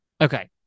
okay